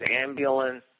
ambulance